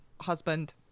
husband